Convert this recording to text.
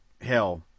hell